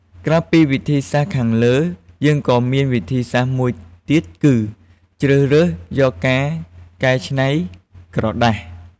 ក្រៅពីវិធីសាស្រ្តខាងលើ យើងក៏មានវិធីមួយទៀតគឺ ជ្រើសរើសយកការកែច្នៃក្រដាស។